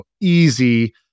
easy